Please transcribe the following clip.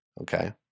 Okay